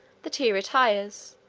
that he retires,